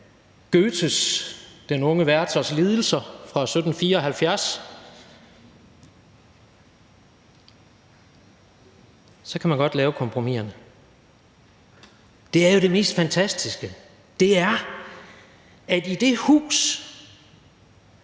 Goethes »Den unge Werthers lidelser« fra 1774, så kan man alligevel godt lave kompromiserne. Det er jo det mest fantastiske. I det hus,